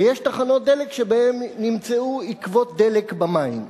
ויש תחנות דלק שבהן נמצאו עקבות דלק במים.